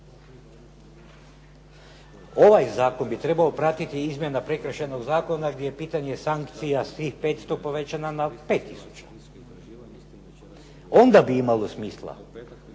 Ovaj zakon bi trebao pratiti izmjene Prekršajnog zakona gdje je pitanje sankcija s tih 500 povećana na 5 tisuća. Onda bi imalo smisla.